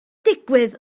digwydd